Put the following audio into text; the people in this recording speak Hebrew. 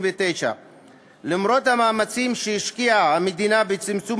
59. למרות המאמצים שהשקיעה המדינה בצמצום